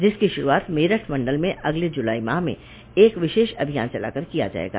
जिसकी श्रूआत मेरठ मंडल में अगले जुलाई माह में एक विशेष अभियान चलाकर किया जायेगा